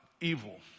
evil